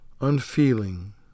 unfeeling